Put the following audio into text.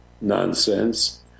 nonsense